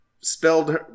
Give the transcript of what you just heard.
spelled